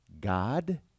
God